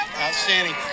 Outstanding